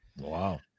wow